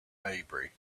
maybury